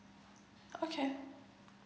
okay